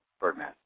Birdman